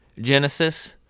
Genesis